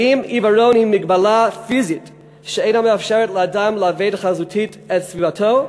האם עיוורון הוא מגבלה פיזית שאינה מאפשרת לאדם לעבד חזותית את סביבתו,